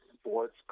sports